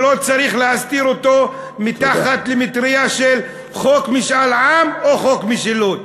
שלא צריך להסתיר אותו מתחת למטרייה של חוק משאל עם או חוק משילות,